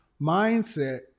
mindset